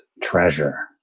treasure